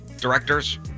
directors